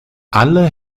alle